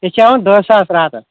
أسۍ چھِ ہیوَان دہ ساس راتَس